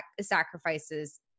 sacrifices